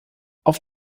auf